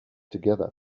together